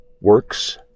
works